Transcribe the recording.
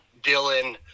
Dylan